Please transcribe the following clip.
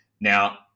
Now